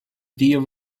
deal